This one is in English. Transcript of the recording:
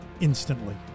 instantly